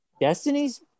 destiny's